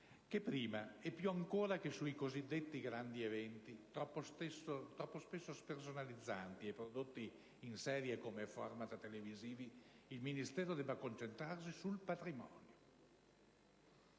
che, prima e più ancora che sui cosiddetti grandi eventi, troppo spesso spersonalizzanti e prodotti in serie come *format* televisivi, il Ministero debba concentrarsi sul patrimonio.